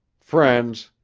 friends,